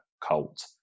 cult